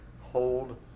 Hold